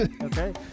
Okay